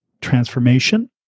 transformation